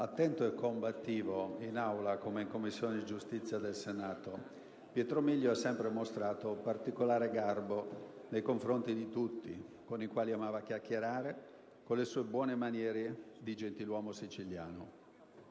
attento e combattivo, in Aula come nella Commissione giustizia del Senato, Pietro Milio ha sempre mostrato particolare garbo nei confronti di tutti, con i quali amava chiacchierare con le sue buone maniere di gentiluomo siciliano.